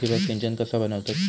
ठिबक सिंचन कसा बनवतत?